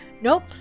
Nope